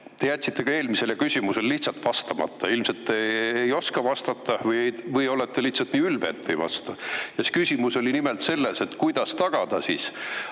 Te jätsite ka eelmisele küsimusele lihtsalt vastamata, ilmselt te ei oska vastata või olete lihtsalt nii ülbe, et ei vasta. Ja küsimus oli nimelt selles, et kuidas tagada